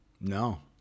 No